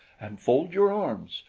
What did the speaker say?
and fold your arms.